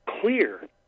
clear